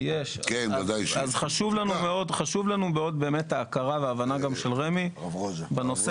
אז חשובה לנו מאוד ההכרה וההבנה גם של רמ"י בנושא